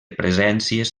presències